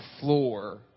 floor